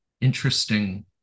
interesting